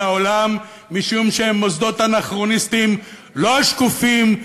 העולם משום שהם מוסדות אנכרוניסטיים לא שקופים,